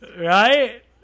right